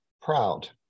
proud